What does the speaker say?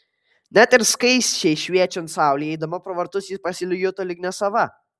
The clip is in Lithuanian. net ir skaisčiai šviečiant saulei eidama pro vartus ji pasijuto lyg nesava